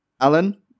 Alan